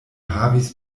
havis